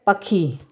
पख़ी